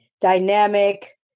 dynamic